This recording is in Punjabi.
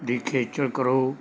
ਦੀ ਖੇਚਲ ਕਰੋ